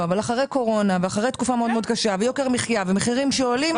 אחרי תקופה מאוד-מאוד קשה של יוקר מחיה ומחירים שעולים,